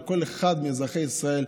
לכל אחד מאזרחי ישראל,